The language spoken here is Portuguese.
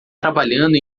trabalhando